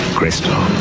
crystal